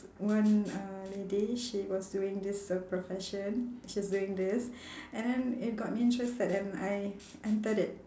one uh lady she was doing this uh profession she's doing this and then it got me interested and I entered it